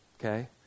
Okay